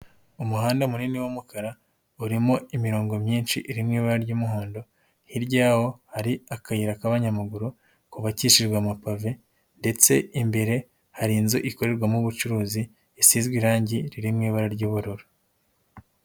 Umuhanda munini w'umukara urimo imirongo myinshi iri mu ibara ry'umuhondo, hirya yawo hari akayira k'abanyamaguru kubakishijwe amapave ndetse imbere hari inzu ikorerwamo ubucuruzi isizwe irangi riri mu ibara ry'ubururu.